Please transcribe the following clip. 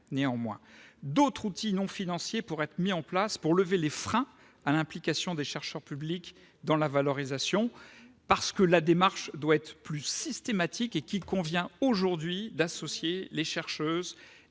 Néanmoins, d'autres outils non financiers pourraient être mis en place pour lever les freins à l'implication des chercheurs publics dans la valorisation ». La démarche doit donc être plus systémique et il convient d'associer les chercheuses